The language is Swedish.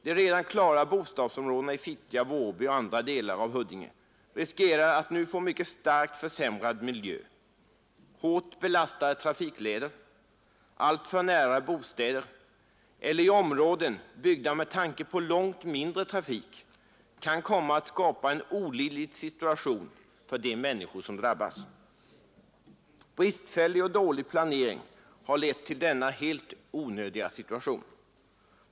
De redan klara bostadsområdena i Fittja, Vårby och andra delar av Huddinge riskerar nu att få en mycket starkt försämrad miljö. Hårt belastade trafikleder alltför nära bostäder eller i områden byggda med tanke på långt mindre trafik kan komma att skapa en olidlig situation för de människor som drabbas. Bristfällig och dålig planering har lett till denna helt onödiga situation.